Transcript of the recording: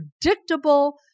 predictable